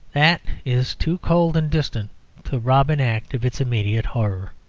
that is too cold and distant to rob an act of its immediate horror.